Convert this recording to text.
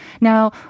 Now